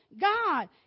God